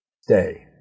stay